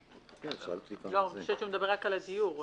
הוא מדבר רק על הדיור.